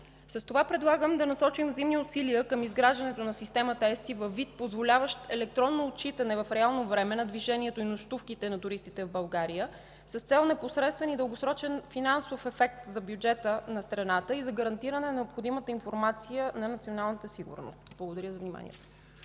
С това предлагам да насочим взаимни усилия към изграждането на системата ЕСТИ във вид, позволяващ електронно отчитане в реално време на движението и нощувките на туристите в България с цел непосредствен и дългосрочен финансов ефект за бюджета на страната и за гарантиране на необходимата информация на националната сигурност. Благодаря за вниманието.